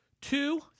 Two